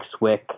Swick